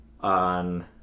on